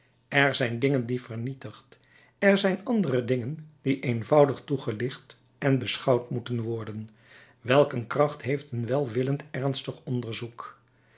er zijn dingen die vernietigd er zijn andere dingen die eenvoudig toegelicht en beschouwd moeten worden welk een kracht heeft een welwillend ernstig onderzoek